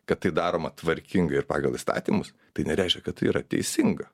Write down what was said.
kad tai daroma tvarkingai ir pagal įstatymus tai nereiškia kad tai yra teisinga